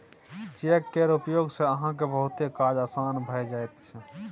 cheque केर उपयोग सँ अहाँक बहुतो काज आसान भए जाइत छै